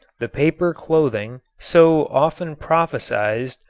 the paper clothing, so often prophesied,